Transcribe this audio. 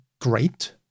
great